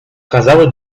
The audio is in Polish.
kazały